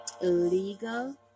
illegal